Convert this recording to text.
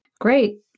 Great